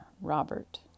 Robert